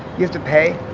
you have to pay.